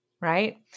right